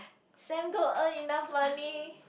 Sam go and earn enough money